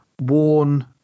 worn